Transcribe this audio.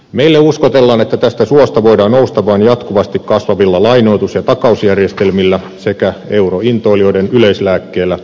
meille uskotellaan että tästä suosta voidaan nousta vain jatkuvasti kasvavilla lainoitus ja takausjärjestelmillä sekä eurointoilijoiden yleislääkkeellä